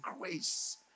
grace